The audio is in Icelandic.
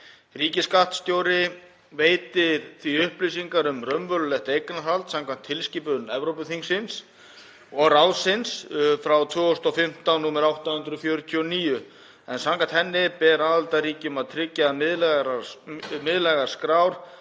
Ríkisskattstjóri veitir því upplýsingar um raunverulegt eignarhald samkvæmt tilskipun Evrópuþingsins og ráðsins (ESB) 2015/849, en samkvæmt henni ber aðildarríkjum að tryggja að miðlægar skrár